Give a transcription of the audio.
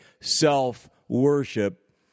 self-worship